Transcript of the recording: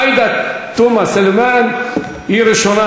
עאידה תומא סלימאן היא הראשונה,